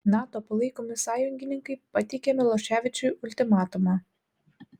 nato palaikomi sąjungininkai pateikė miloševičiui ultimatumą